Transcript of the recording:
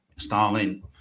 Stalin